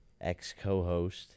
ex-co-host